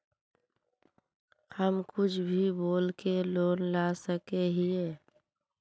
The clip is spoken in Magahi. हम कुछ भी बोल के लोन ला सके हिये?